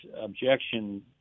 objection